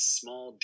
small